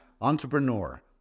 entrepreneur